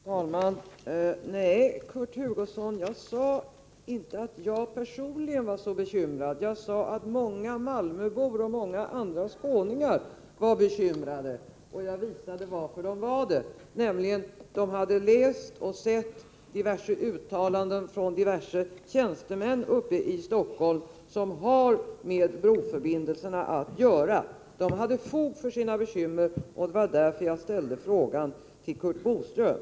Fru talman! Nej, Kurt Hugosson, jag sade inte att jag personligen var så bekymrad. Jag sade att många malmöbor och många andra skåningar var bekymrade. Jag visade också varför. De hade nämligen läst och sett diverse uttalanden från tjänstemän uppe i Stockholm som har med broförbindelserna att göra. Malmöborna hade fog för sina bekymmer, och det var därför som jag ställde frågan till Curt Boström.